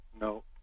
No